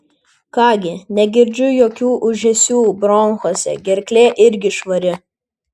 ką gi negirdžiu jokių ūžesių bronchuose gerklė irgi švari